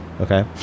Okay